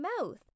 mouth